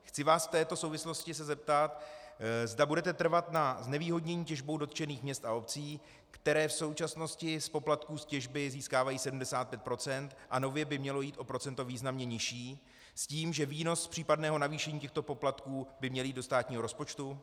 Chci se vás v této souvislosti zeptat, zda budete trvat na znevýhodnění těžbou dotčených měst a obcí, které v současnosti z poplatků z těžby získávají 75 %, a nově by mělo jít o procento významně nižší, s tím že výnos z případného navýšení těchto poplatků by měl jít do státního rozpočtu.